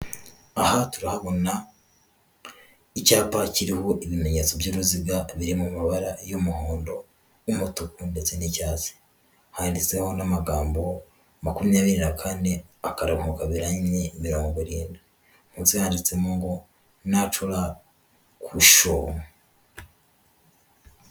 aha turahabona icyapa kiriho ibimenyetso by'uruziga biri mu mabara y'umuhondo y'umutuku ndetse n'ibya haeteweho n'amagambo makumyabiri na kane akaruhukaberanye mirongo iwirindwi ntubyandikemo ngo na prakusho